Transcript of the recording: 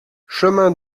chemin